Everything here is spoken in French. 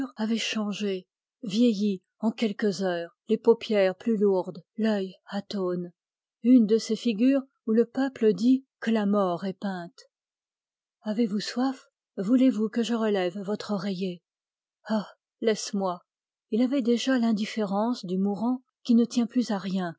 avait changé vieillie en quelques heures les paupières plus lourdes l'œil atone une de ces figures où le peuple dit que la mort est peinte avez-vous soif voulez-vous que je relève votre oreiller ah laisse-moi il avait déjà l'indifférence du mourant qui ne tient plus à rien